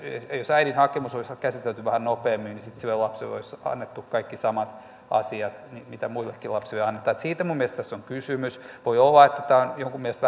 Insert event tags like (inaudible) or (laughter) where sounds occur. jos äidin hakemus olisi käsitelty vähän nopeammin niin sitten sille lapselle olisi annettu kaikki samat asiat mitä muillekin lapsille annetaan siitä minun mielestäni tässä on kysymys voi olla että tämä on jonkun mielestä (unintelligible)